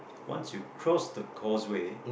once you cross the cause way